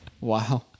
Wow